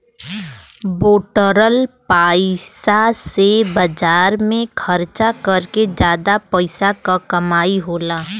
बटोरल पइसा से बाजार में खरचा कर के जादा पइसा क कमाई होला